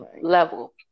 level